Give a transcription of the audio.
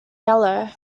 yellow